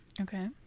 okay